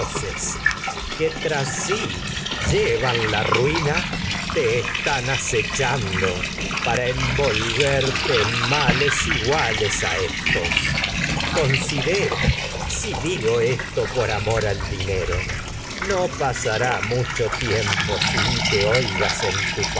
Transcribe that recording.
que tras para llevan en ma la ruina te están acechando envolverte les igqales dinero ai éstos y considera si digo esto por amor al no pasará mucho tiempo sin que oigas en y tu